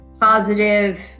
positive